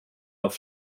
auf